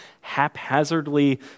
haphazardly